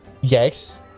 Yes